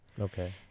Okay